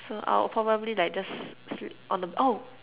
so I'll probably like just sleep on the oh